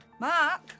Mark